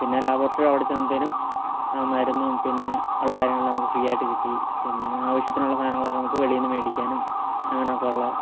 പിന്നെ ലബോറട്ടറിയടച്ചതിനും ആ മരുന്നും പിന്നെ ഉള്ള കാര്യങ്ങളെല്ലാം നമുക്ക് ഫ്രീയായിട്ട് കിട്ടി പിന്നെ ആവശ്യത്തിനുള്ള സാധനങ്ങളൊക്കെ നമുക്ക് വെളിയിൽ നിന്നു മേടിക്കാനും അങ്ങനെയൊക്കെ ഉള്ള